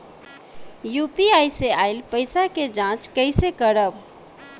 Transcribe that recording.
UPI से आइल पईसा के जाँच कइसे करब?